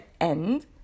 end